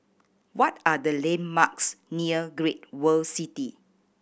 what are the landmarks near Great World City